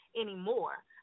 anymore